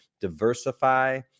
diversify